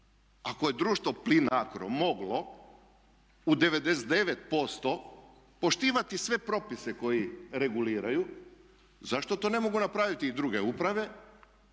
Ako je društvo Plinacro moglo u 99% poštivati sve propise koji reguliraju zašto to ne mogu napraviti i druge uprave,